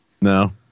No